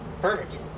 Perfect